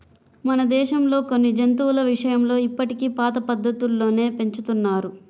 మన దేశంలో కొన్ని జంతువుల విషయంలో ఇప్పటికీ పాత పద్ధతుల్లోనే పెంచుతున్నారు